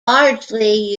largely